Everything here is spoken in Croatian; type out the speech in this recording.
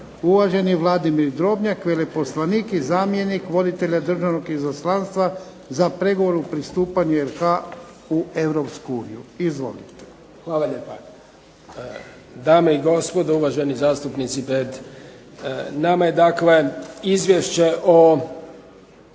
Uvaženi Vladimir Drobnjak, veleposlanik i zamjenik voditelja Državnog izaslanstva za pregovore u pristupanju RH u Europsku uniju. Izvolite. **Drobnjak, Vladimir** Hvala lijepa. Dame i gospodo, uvaženi zastupnici. Pred nama je dakle izvješće o